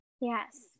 Yes